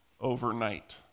overnight